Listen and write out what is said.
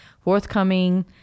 forthcoming